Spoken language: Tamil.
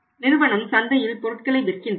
நிறுவனம் சந்தையில் பொருட்களை விற்கின்றது